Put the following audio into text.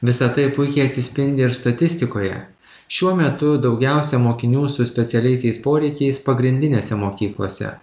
visa tai puikiai atsispindi ir statistikoje šiuo metu daugiausia mokinių su specialiaisiais poreikiais pagrindinėse mokyklose